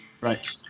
right